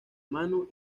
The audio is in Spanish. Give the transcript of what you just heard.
mano